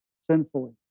sinfully